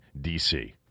DC